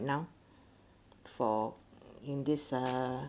now for in this uh